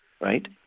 right